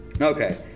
Okay